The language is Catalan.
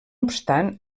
obstant